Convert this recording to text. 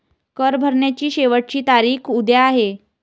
कर भरण्याची शेवटची तारीख उद्या आहे